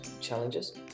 challenges